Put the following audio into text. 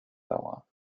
tower